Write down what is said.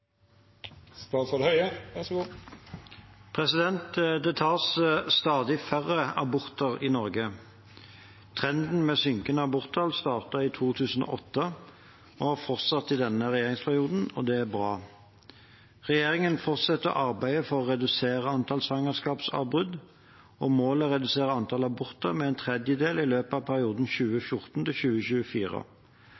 Det tas stadig færre aborter i Norge. Trenden med synkende aborttall startet i 2008 og har fortsatt i denne regjeringsperioden. Det er bra. Regjeringen fortsetter arbeidet for å redusere antallet svangerskapsavbrudd, og målet er å redusere antall aborter med en tredjedel i løpet av perioden